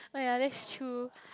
oh ya that's true